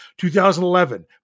2011